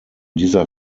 dieser